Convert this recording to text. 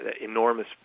enormous